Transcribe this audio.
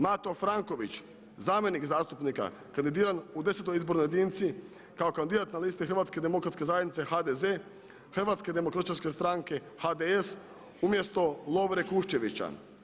Mato Franković zamjenik zastupnika kandidiran u desetoj izbornoj jedinici kao kandidat na listi Hrvatske demokratske zajednice HDZ, Hrvatske demokršćanske stranke, HDS umjesto Lovre Kuščevića.